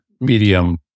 medium